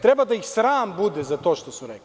Treba da ih sram bude za to što su rekli.